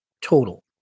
total